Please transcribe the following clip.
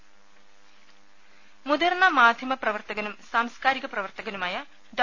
രുമ മുതിർന്ന മാദ്ധ്യമ പ്രവർത്തകനും സാംസ്കാരിക പ്രവർത്തകനുമായ ഡോ